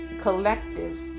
collective